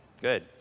good